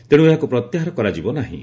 ତେଣୁ ଏହାକୁ ପ୍ରତ୍ୟାହାର କରାଯିବ ନାହିଁ